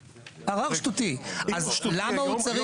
אז למה הוא צריך?